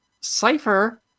Cipher